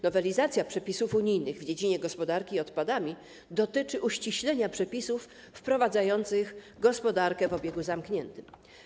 Nowelizacja przepisów unijnych w dziedzinie gospodarki odpadami dotyczy uściślenia przepisów wprowadzających gospodarkę w obiegu zamkniętym.